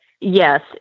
Yes